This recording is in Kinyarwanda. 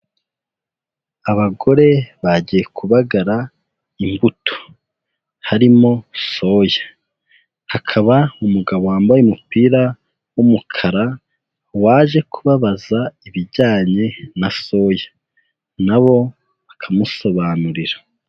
Abagore bagiye kubagara imbuto, harimo soya, hakaba umugabo wambaye umupira w'umukara, waje kubabaza ibijyanye na soya, na bo bakamusobanurira.